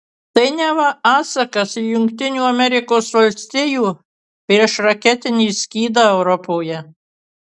tai neva atsakas į jungtinių amerikos valstijų priešraketinį skydą europoje